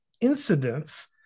incidents